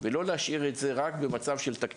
נוכל להוסיף להן לקצבה.